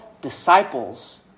disciples